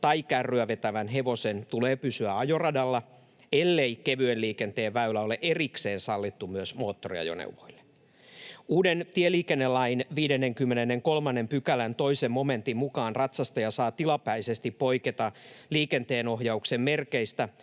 tai kärryä vetävän hevosen tulee pysyä ajoradalla, ellei kevyen liikenteen väylä ole erikseen sallittu myös moottoriajoneuvoille. Uuden tieliikennelain 53 §:n 2 momentin mukaan ratsastaja saa tilapäisesti poiketa liikenteenohjauksen merkeistä,